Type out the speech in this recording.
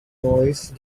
noise